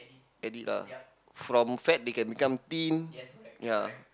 edit lah from fat they can become thin ya